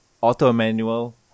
auto-manual